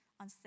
on